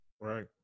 right